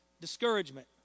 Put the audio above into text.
discouragement